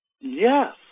Yes